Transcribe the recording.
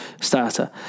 Starter